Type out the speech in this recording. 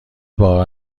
باور